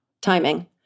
timing